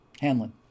Hanlon